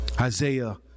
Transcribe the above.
Isaiah